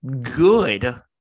good